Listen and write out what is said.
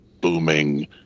booming